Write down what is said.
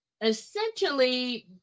essentially